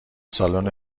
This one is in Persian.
سالن